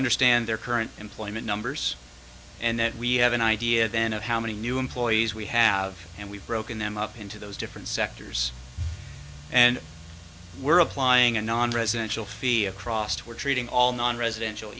understand their current employment numbers and that we have an idea then of how many new employees we have and we've broken them up into those different sectors and we're applying a nonresidential fee across two or treating all nonresidential